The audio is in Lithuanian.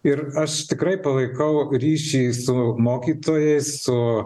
ir aš tikrai palaikau ryšį su mokytojais su